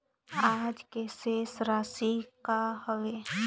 आज के शेष राशि का हवे?